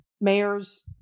mayors